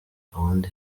gahunda